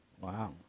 Wow